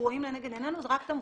רואים לנגד עינינו זה רק את המבוטחות.